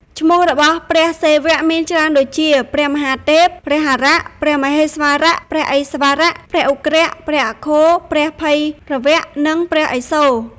ឈ្មោះរបស់ព្រះសិវៈមានច្រើនដូចជា ៖ ព្រះមហាទេព ,ព្រះហរៈ ,ព្រះមហេស្វរៈ ,ព្រះឥស្វរៈ ,ព្រះឧគ្រៈ ,ព្រះអឃោរ ,ព្រះភៃរវៈ និងព្រះឥសូរ។